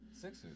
Sixers